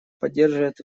поддерживает